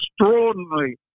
extraordinarily